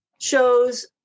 shows